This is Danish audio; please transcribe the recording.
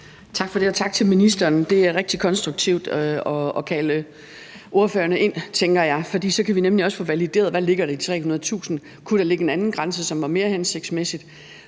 Tak for det, og tak til ministeren. Det er rigtig konstruktivt at kalde ordførerne ind, tænker jeg, for så kan vi nemlig også få valideret, hvad der ligger i de 300.000 kr. Eller kunne der ligge en anden grænse, som var mere hensigtsmæssig?